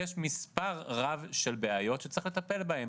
יש מספר רב של בעיות שצריך לטפל בהן.